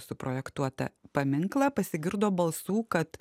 suprojektuotą paminklą pasigirdo balsų kad